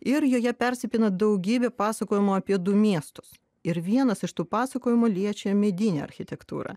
ir joje persipina daugybė pasakojimų apie du miestus ir vienas iš tų pasakojimų liečia medinę architektūrą